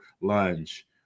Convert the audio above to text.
lunge